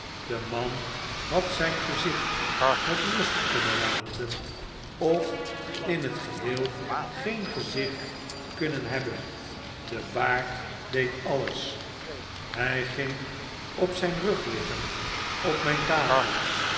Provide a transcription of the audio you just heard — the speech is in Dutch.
de man had zijn gezicht met rust kunnen laten of in het geheel geen gezicht kunnen hebben de baard deed alles hij ging op zfln rug liggen op mijn tafel